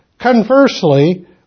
Conversely